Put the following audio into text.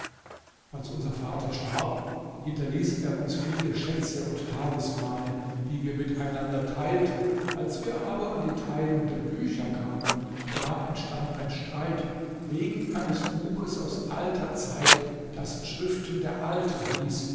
als unser vater starb hinterließ er uns viele schätze und talismane die wir miteinander teilten als wir aber an die teilung der bücher kamen da entstand ein streit wegen eines buches aus alter zeit das schriften der alten hieß